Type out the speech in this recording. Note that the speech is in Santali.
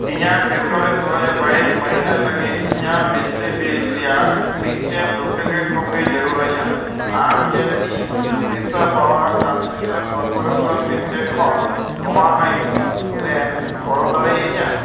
ᱤᱧᱟᱹᱜ ᱯᱷᱮᱵᱽᱨᱩᱣᱟᱨᱤ ᱫᱩ ᱦᱟᱡᱟᱨ ᱵᱟᱭᱤᱥ ᱢᱟᱹᱦᱱᱟᱹ ᱞᱟᱹᱜᱤᱫ ᱤᱧᱟᱹᱜ ᱵᱤᱡᱽᱞᱤ ᱵᱤᱞ ᱨᱮᱭᱟᱜ ᱢᱤᱫᱴᱮᱱ ᱰᱩᱵᱽᱞᱤᱠᱮᱴ ᱠᱚᱯᱤ ᱡᱟᱹᱨᱩᱲᱤᱧᱟᱹ ᱟᱢ ᱪᱮᱫ ᱤᱧ Odisha power transmission corporation limited ᱠᱷᱚᱱ ᱱᱚᱣᱟ ᱮᱢ ᱨᱮᱢ ᱜᱚᱲᱚ ᱫᱟᱲᱮᱭᱟᱹᱧᱟᱹ